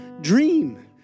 dream